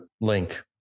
link